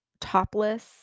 topless